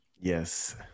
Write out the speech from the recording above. Yes